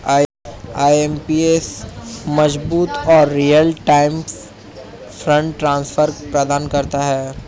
IMPS मजबूत और real time fund transfer प्रदान करता है